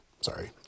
Sorry